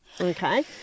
Okay